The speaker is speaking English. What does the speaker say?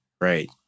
right